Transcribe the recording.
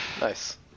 Nice